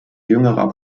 jüngerer